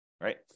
right